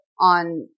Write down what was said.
on